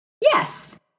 Yes